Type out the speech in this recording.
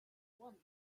want